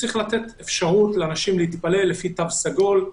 צריך לתת לאנשים אפשרות להתפלל לפי תו סגול,